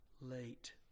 late